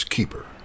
Keeper